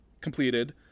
completed